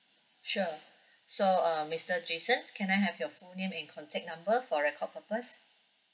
sure so um mister jason can I have your full name and contact number for record purpose